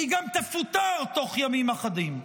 היא גם תפוטר בתוך ימים אחדים.